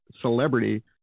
celebrity